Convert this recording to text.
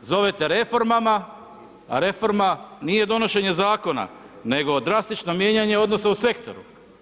zovete reformama, a reforma nije donošenje zakona, nego drastično mijenjanje odnosa u sektoru.